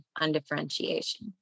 undifferentiation